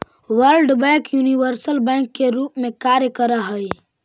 world Bank universal bank के रूप में कार्य करऽ हइ